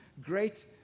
great